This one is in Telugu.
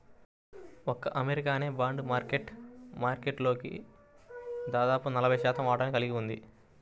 ఒక్క అమెరికానే బాండ్ మార్కెట్ మార్కెట్లో దాదాపు నలభై శాతం వాటాని కలిగి ఉంది